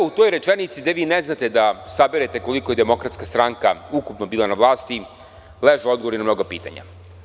U toj rečenici gde ne znate da saberete koliko je DS ukupno bila na vlasti, leže odgovori na mnoga pitanja.